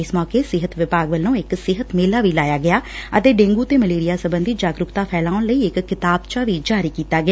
ਇਸ ਮੌਕੇ ਸਿਹਤ ਵਿਭਾਗ ਵੱਲੋਂ ਇਹ ਸਿਹਤ ਮੇਲਾ ਵੀ ਲਾਇਆ ਗਿਆ ਅਤੇ ਡੇਂਗੂ ਤੇ ਮਲੇਰਿਆ ਸਬੰਧੀ ਜਾਗਰੂਕਤਾ ਫੈਲਾਉਣ ਲਈ ਇਕ ਕਿਤਾਬਚਾ ਵੀ ਜਾਰੀ ਕੀਤਾ ਗਿਆ